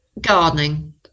Gardening